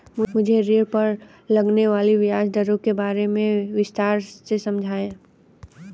मुझे ऋण पर लगने वाली ब्याज दरों के बारे में विस्तार से समझाएं